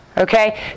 Okay